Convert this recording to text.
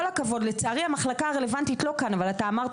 לצערי המחלקה הרלוונטית לא כאן אבל אתה אמרת